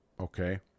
Okay